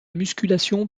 musculation